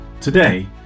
today